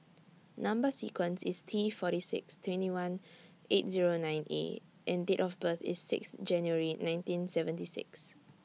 Number sequence IS T forty six twenty one eight Zero nine A and Date of birth IS six January nineteen seventy six